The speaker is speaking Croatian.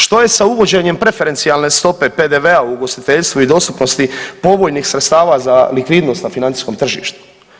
Što je sa uvođenjem preferencijalne stope PDV-a u ugostiteljstvu i dostupnosti povoljnih sredstava za likvidnost na financijskom tržištu?